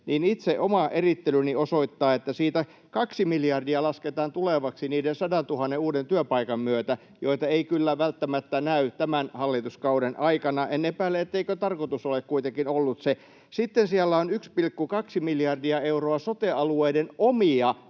niin oma erittelyni osoittaa, että siitä kaksi miljardia lasketaan tulevaksi niiden 100 000 uuden työpaikan myötä, joita ei kyllä välttämättä näy tämän hallituskauden aikana — en epäile, etteikö tarkoitus ole kuitenkin ollut se. Sitten siellä on 1,2 miljardia euroa sote-alueiden omia